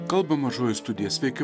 kalba mažoji studija sveiki